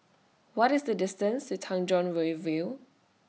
What IS The distance to Tanjong Rhu View